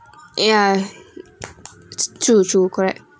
yeah true true correct